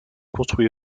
construits